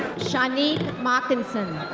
shanieke mckinson.